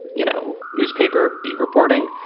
you know, newspaper b reporting,